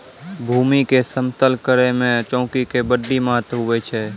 भूमी के समतल करै मे चौकी के बड्डी महत्व हुवै छै